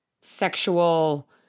Sexual